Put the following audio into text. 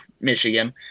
Michigan